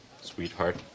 Sweetheart